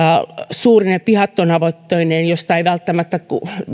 suurine pihattonavettoineen joista ei välttämättä